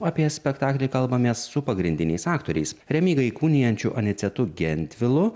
apie spektaklį kalbamės su pagrindiniais aktoriais remygą įkūnijančiu anicetu gentvilu